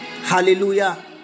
Hallelujah